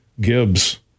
Gibbs